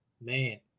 man